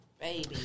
Baby